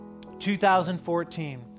2014